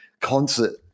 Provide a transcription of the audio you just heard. concert